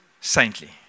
saintly